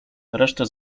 resztę